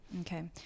okay